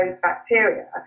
bacteria